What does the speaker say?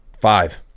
five